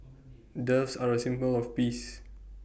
doves are A symbol of peace